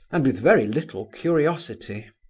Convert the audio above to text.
and with very little curiosity.